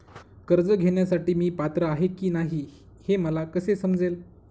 कर्ज घेण्यासाठी मी पात्र आहे की नाही हे मला कसे समजेल?